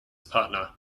partner